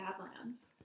Badlands